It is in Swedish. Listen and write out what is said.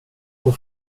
och